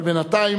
אבל בינתיים,